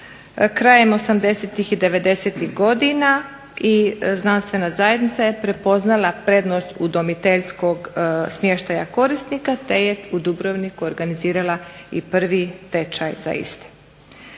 Krajem 80-tih i 90-tih godina i znanstvena zajednica je prepoznala prednost udomiteljskog smještaja korisnika te je u Dubrovniku organizirala prvi tečaj za isti.